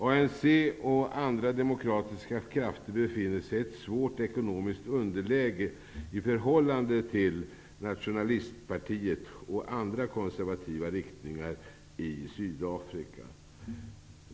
ANC och andra demokratiska krafter befinner sig i ett svårt ekonomiskt underläge i förhållande till Nationalistpartiet och andra konservativa riktningar i Sydafrika.